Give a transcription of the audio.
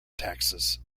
taxes